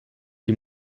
die